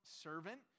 servant